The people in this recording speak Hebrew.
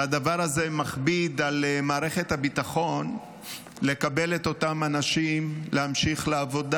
והדבר הזה מכביד על מערכת הביטחון לקבל את אותם אנשים להמשיך לעבודה.